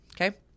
Okay